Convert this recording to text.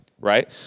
right